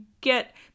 get